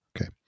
Okay